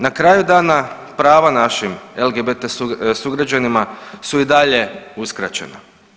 Na kraju dana prava našim LGBT sugrađanima su i dalje uskraćena.